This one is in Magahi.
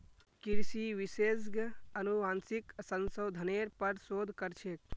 कृषि विशेषज्ञ अनुवांशिक संशोधनेर पर शोध कर छेक